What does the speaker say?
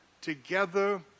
together